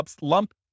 lump